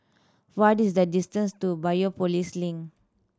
what is the distance to Biopolis Link